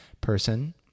person